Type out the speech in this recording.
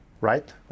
Right